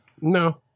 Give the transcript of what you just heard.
no